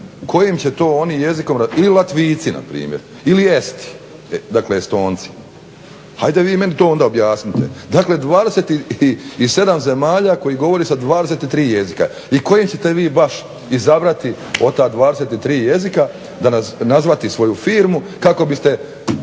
Kojim će to oni jezikom, ili Latvijci na primjer ili Esti, dakle Estonci. Ajde vi meni to onda objasnite. Dakle, 27 zemalja koji govore sa 23 jezika. I kojim ćete vi baš izabrati od ta 23 jezika, .../Govornik se